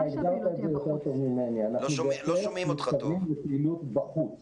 אנחנו מתכוונים לפעילות בחוץ.